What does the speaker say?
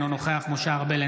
אינו נוכח משה ארבל,